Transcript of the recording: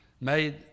made